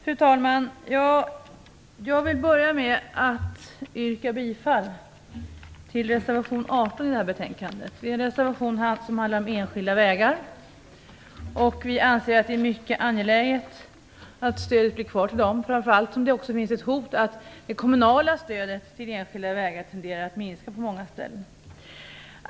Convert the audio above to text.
Fru talman! Jag vill börja med att yrka bifall till reservation 18 i betänkandet. Det är en reservation som handlar om enskilda vägar. Vi anser att det är mycket angeläget med ett fortsatt stöd till enskilda vägar, framför allt eftersom det råder hot om att det kommunala stödet till enskilda vägar på många ställen tenderar att minska.